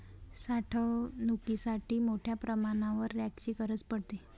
साठवणुकीसाठी मोठ्या प्रमाणावर रॅकची गरज पडते